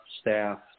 staff